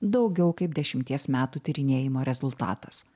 daugiau kaip dešimties metų tyrinėjimo rezultatas